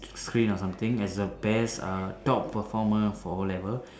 screen or something as the best uh top performer for O-level